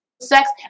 sex